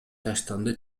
таштанды